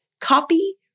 copy